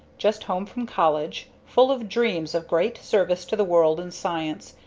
just home from college, full of dreams of great service to the world in science,